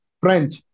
French